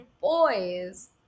boys